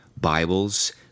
Bibles